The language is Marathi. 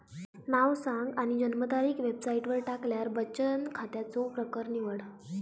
नाव सांग आणि जन्मतारीख वेबसाईटवर टाकल्यार बचन खात्याचो प्रकर निवड